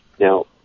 Now